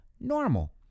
normal